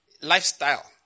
lifestyle